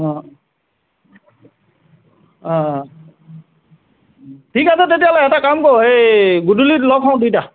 অঁ অঁ অঁ ঠিক আছে তেতিয়া হ'লে এটা কাম কৰ এই গধূলি লগ হওঁ দুইটা